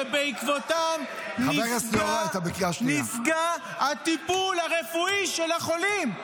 -- שבעקבותיהם נפגע הטיפול הרפואי של החולים.